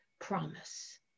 promise